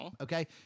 okay